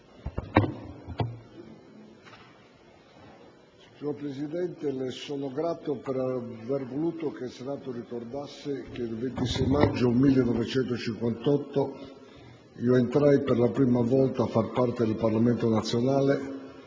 Signor Presidente, le sono grato per aver voluto che il Senato ricordasse che, il 26 maggio 1958, io entrai per la prima volta a far parte del Parlamento nazionale,